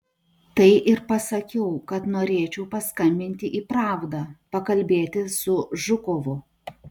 tai ir pasakiau kad norėčiau paskambinti į pravdą pakalbėti su žukovu